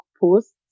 post